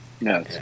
No